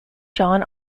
john